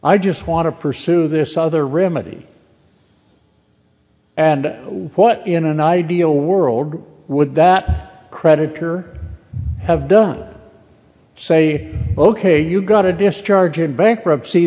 i just want to pursue this other remedy and what in an ideal world would that creditor have done say ok you got a discharge in bankruptcy